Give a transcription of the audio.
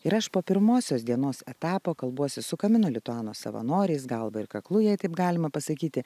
ir aš po pirmosios dienos etapo kalbuosi su kamino lituano savanoriais galva ir kaklu jei taip galima pasakyti